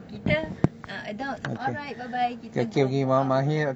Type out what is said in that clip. kita uh adults alright bye bye kita go for our